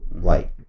light